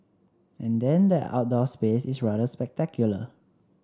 and then the outdoor space is rather spectacular